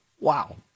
wow